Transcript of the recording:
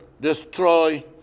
destroy